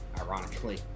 Ironically